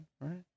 right